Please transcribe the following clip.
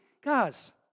guys